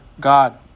God